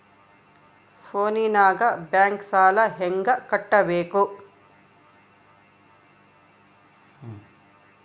ಫೋನಿನಾಗ ಬ್ಯಾಂಕ್ ಸಾಲ ಹೆಂಗ ಕಟ್ಟಬೇಕು?